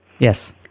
Yes